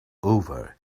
over